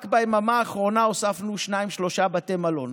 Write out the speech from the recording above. רק ביממה האחרונה הוספנו שניים-שלושה בתי מלון.